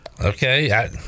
Okay